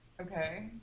okay